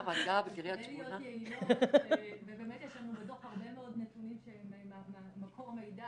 ננסה להיות יעילות ובאמת יש לנו בדוח הרבה מאוד נתונים שהם מקור מידע